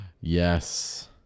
Yes